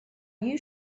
you